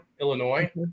Illinois